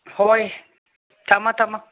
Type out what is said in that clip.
ꯍꯣꯏ ꯊꯝꯃꯣ ꯊꯝꯃꯣ